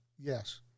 Yes